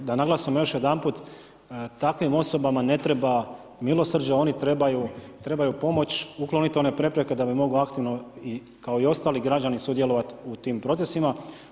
Da naglasimo još jedanput, takvim osobama ne treba milosrđe, oni trebaju pomoć ukliniti one prepreke da bi mogli aktivno kao i ostali građani sudjelovati u tim procesima.